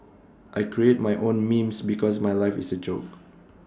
I create my own memes because my life is A joke